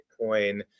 Bitcoin